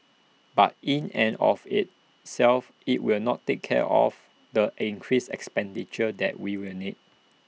but in and of itself IT will not take care of the increased expenditure that we will need